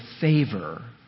favor